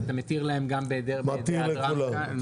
ואתה מתיר להם גם בהיעדרם כאן?